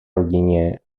rodině